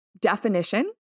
definition